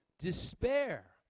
despair